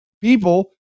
people